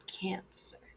cancer